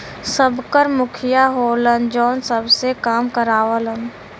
सबकर मुखिया होलन जौन सबसे काम करावलन